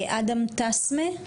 אדם טסמה,